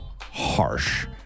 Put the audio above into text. harsh